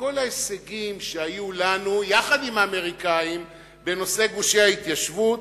כל ההישגים שהיו לנו יחד עם האמריקנים בנושא גושי ההתיישבות,